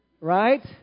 right